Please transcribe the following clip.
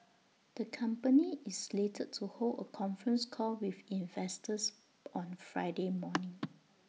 the company is slated to hold A conference call with investors on Friday morning